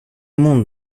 monde